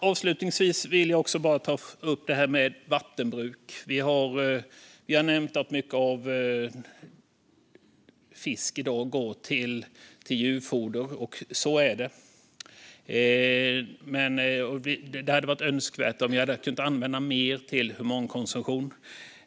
Avslutningsvis vill jag även ta upp vattenbruket. Det har nämnts att mycket av fisken i dag går till djurfoder, och så är det. Det hade varit önskvärt om mer hade kunnat användas till humankonsumtion.